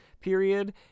period